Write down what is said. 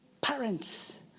parents